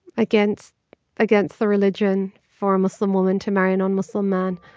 against against the religion for a muslim woman to marry in non-muslim man.